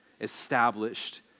established